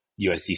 USDC